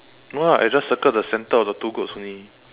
no lah I just circle the centre of the two goats only